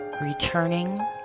returning